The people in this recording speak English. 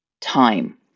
time